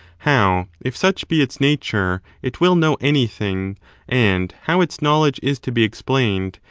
how, if such be its nature, it will know anything and how its knowledge is to be explained,